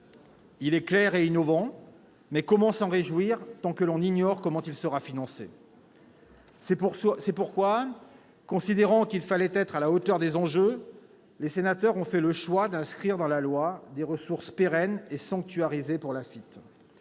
un cap clair et innovant est fixé, mais comment s'en réjouir tant que l'on ignore comment il sera financé ? C'est pourquoi, considérant qu'il fallait être à la hauteur des enjeux, les sénateurs ont fait le choix d'inscrire dans la loi des ressources pérennes et sanctuarisées pour l'Afitf.